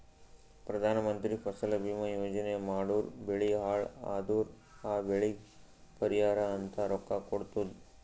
ಪ್ರಧಾನ ಮಂತ್ರಿ ಫಸಲ ಭೀಮಾ ಯೋಜನಾ ಮಾಡುರ್ ಬೆಳಿ ಹಾಳ್ ಅದುರ್ ಆ ಬೆಳಿಗ್ ಪರಿಹಾರ ಅಂತ ರೊಕ್ಕಾ ಕೊಡ್ತುದ್